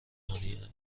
هانی